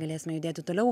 galėsime judėti toliau